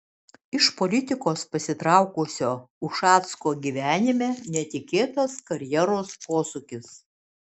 iš politikos pasitraukusio ušacko gyvenime netikėtas karjeros posūkis